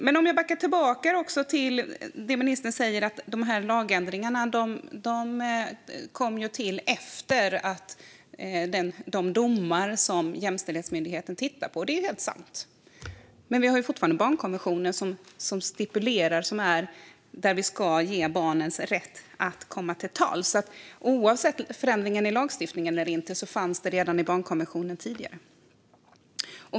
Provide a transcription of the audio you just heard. Låt mig backa tillbaka till vad ministern säger om att lagändringarna trädde i kraft efter de domar som Jämställdhetsmyndigheten har tittat på. Det är helt sant. Men barnkonventionen stipulerar fortfarande att barn ska ges rätt att komma till tals. Oavsett förändringen i lagstiftningen eller inte fanns detta stipulerat i barnkonventionen sedan tidigare.